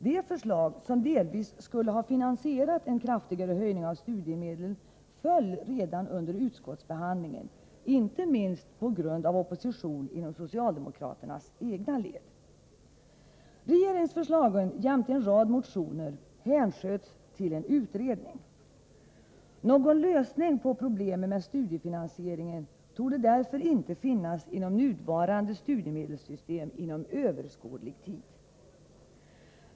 De förslag som delvis skulle ha finansierat en kraftigare höjning av studiemedlen föll redan under utskottsbehandlingen, inte minst på grund av opposition inom socialdemokraternas egna led. Regeringsförslaget jämte en rad motioner hänsköts till en utredning. Någon lösning på problemen med studiefinansieringen torde därför inte kunna uppnås inom nuvarande studiemedelssystem inom överskådlig tid.